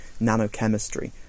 nanochemistry